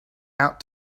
out